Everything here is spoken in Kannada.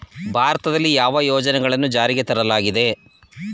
ಭಾರತದಲ್ಲಿ ಯಾವ ಯೋಜನೆಗಳನ್ನು ಜಾರಿಗೆ ತರಲಾಗಿದೆ?